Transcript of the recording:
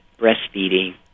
breastfeeding